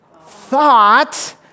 thought